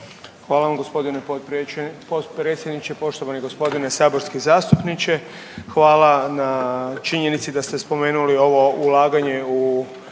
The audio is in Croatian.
Hvala vam gospodine potpredsjedniče. Poštovani gospodine saborski zastupniče, hvala na činjenici da ste spomenuli ovo ulaganje u